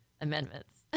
amendments